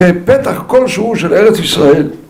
בפתח כל שיעור של ארץ ישראל